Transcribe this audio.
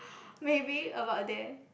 maybe about there